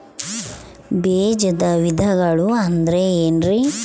ಬೇಜದ ವಿಧಗಳು ಅಂದ್ರೆ ಏನ್ರಿ?